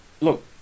Look